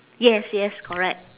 yes yes correct